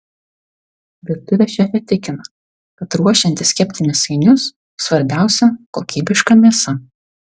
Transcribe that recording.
virtuvės šefė tikina kad ruošiantis kepti mėsainius svarbiausia kokybiška mėsa